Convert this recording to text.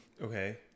okay